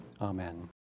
Amen